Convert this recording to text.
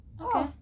okay